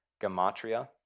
gamatria